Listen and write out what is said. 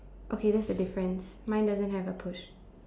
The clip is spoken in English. okay that's a difference mine doesn't have a push